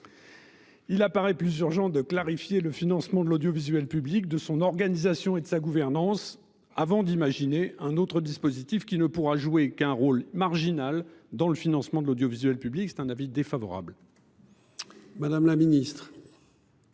Il apparaît plus urgent de clarifier le financement de l'audiovisuel public de son organisation et de sa gouvernance avant d'imaginer un autre dispositif qui ne pourra jouer qu'un rôle marginal dans le financement de l'audiovisuel public. C'est un avis défavorable. Madame la Ministre.